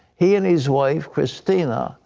he and his wife, christina,